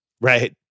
Right